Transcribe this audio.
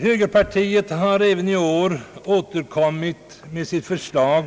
Högerpartiet har även i år återkommit med sitt förslag